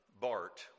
Bart